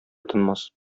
тынмас